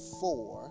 four